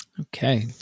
Okay